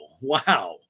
wow